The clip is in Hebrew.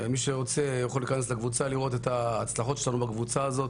מי שרוצה יכול להיכנס לקבוצה לראות את ההצלחות שלנו בקבוצה הזאת,